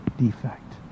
defect